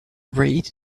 read